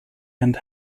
and